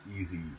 easy